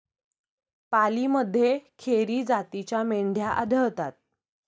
पालीमध्ये खेरी जातीच्या मेंढ्या आढळतात